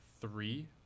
three